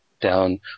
down